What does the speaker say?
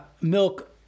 milk